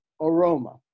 aroma